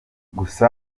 gusa